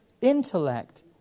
intellect